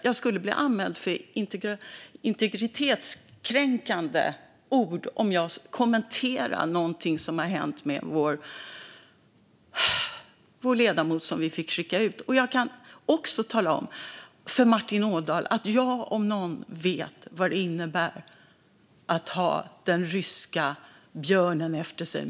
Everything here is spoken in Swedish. Jag skulle bli anmäld för integritetskränkning om jag kommenterade det som har hänt med vår ledamot som vi fick skicka ut. Jag kan också tala om för Martin Ådahl att jag om någon vet vad det innebär att ha den ryska björnen efter sig.